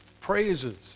praises